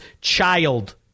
child